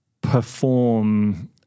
perform